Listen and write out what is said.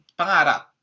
pangarap